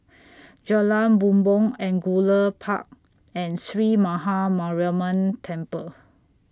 Jalan Bumbong Angullia Park and Sree Maha Mariamman Temple